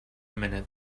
minute